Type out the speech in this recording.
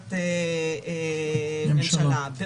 החלטת ממשלה.